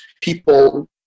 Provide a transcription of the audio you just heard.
people